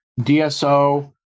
DSO